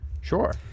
Sure